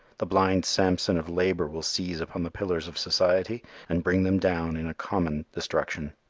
the blind samson of labor will seize upon the pillars of society and bring them down in a common destruction.